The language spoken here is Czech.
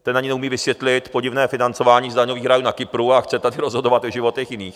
Ten ani neumí vysvětlit podivné financování z daňových rájů na Kypru a chce tady rozhodovat o životech jiných.